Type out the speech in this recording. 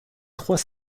trois